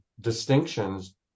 distinctions